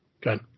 Good